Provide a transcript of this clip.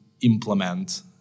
implement